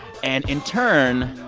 and in turn,